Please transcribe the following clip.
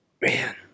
Man